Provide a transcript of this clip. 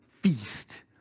feast